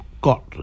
got